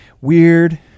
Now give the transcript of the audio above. weird